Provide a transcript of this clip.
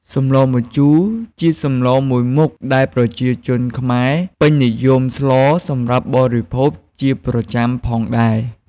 សម្លម្ជូរ ជាសម្លមួយមុខដែលប្រជាជនខ្មែរពេញនិយមស្លសម្រាប់បរិភោគជាប្រចាំផងដែរ។